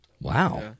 Wow